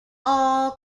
all